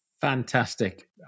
Fantastic